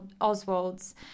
Oswald's